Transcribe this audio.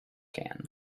can